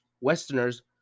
Westerners